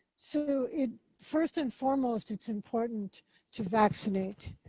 so it, first and foremost, it's important to vaccinate.